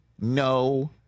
no